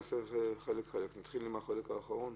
נתחיל עם החלק האחרון,